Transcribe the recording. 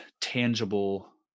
tangible